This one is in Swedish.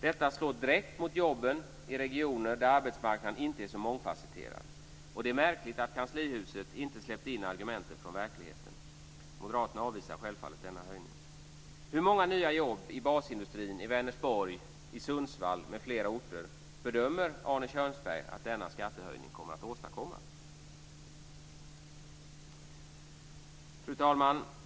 Detta slår direkt mot jobben i regioner där arbetsmarknaden inte är så mångfacetterad. Det är märkligt att Kanslihuset inte släppt in argumenten från verkligheten. Moderaterna avvisar självfallet denna höjning. Sundsvall m.fl. orter bedömer Arne Kjörnsberg att denna skattehöjning kommer att åstadkomma? Fru talman!